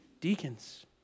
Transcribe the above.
deacons